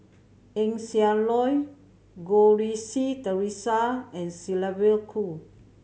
Eng Siak Loy Goh Rui Si Theresa and Sylvia Kho